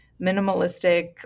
minimalistic